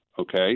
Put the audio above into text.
okay